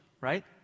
right